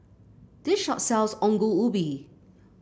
this shop sells Ongol Ubi